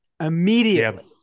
immediately